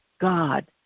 God